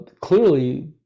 clearly